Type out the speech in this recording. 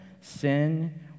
sin